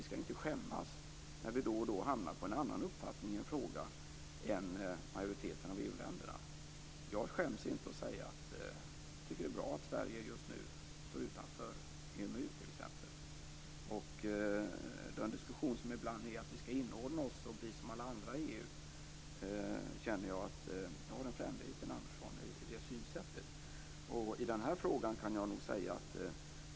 Vi skall inte skämmas när vi då och då hamnar på en annan uppfattning i en fråga än majoriteten av EU länderna. Jag skäms inte att säga att jag tycker att det är bra att Sverige just nu står utanför EMU. Jag känner att jag har en frände i Sten Andersson i den diskussion som ibland förs om att vi skall inordna oss och bli som alla andra i EU.